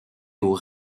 aux